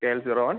K L zero one